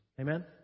Amen